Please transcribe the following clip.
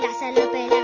but secondly,